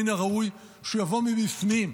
מן הראוי שיבוא מבפנים,